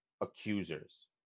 accusers